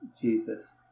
Jesus